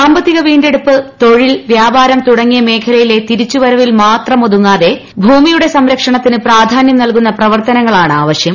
സാമ്പത്തിക വീണ്ടെടുപ്പ് തൊഴിൽ വ്യാപാരം തുടങ്ങിയ മേഖലയിലെ തിരിച്ചു വരവിൽ മാത്രം ഒതുങ്ങാതെ ഭൂമിയുടെ സംരക്ഷണത്തിന് പ്രധാന്യം നൽകുന്ന പ്രവർത്തനങ്ങളാണ് ആവശ്യം